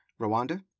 Rwanda